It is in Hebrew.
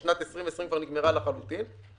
כששנת 2020 נגמרה לחלוטין,